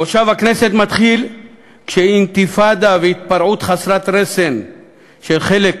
מושב הכנסת מתחיל כשאינתיפאדה והתפרעות חסרת רסן של חלק